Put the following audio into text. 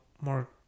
more